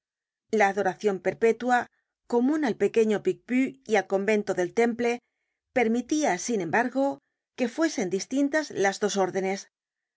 la adoracion perpetua comun al pequeño picpus y al convento del temple permitia sin embargo que fuesen distintas las dos órdenes